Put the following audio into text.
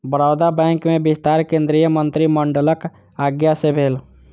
Baroda bank में विस्तार केंद्रीय मंत्रिमंडलक आज्ञा सँ भेल